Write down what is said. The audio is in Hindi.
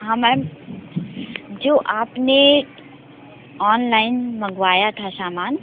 हाँ मैम जो आपने ऑनलाइन मँगवाया था सामान